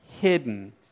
hidden